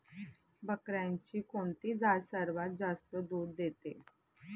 बकऱ्यांची कोणती जात सर्वात जास्त दूध देते?